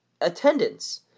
attendance